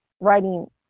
writing